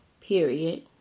period